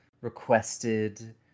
requested